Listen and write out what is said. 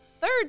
third